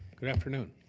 good afternoon.